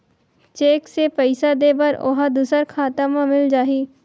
Cheque से पईसा दे बर ओहा दुसर खाता म मिल जाही?